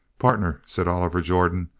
partner, said oliver jordan,